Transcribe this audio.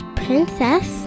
princess